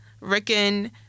Rickon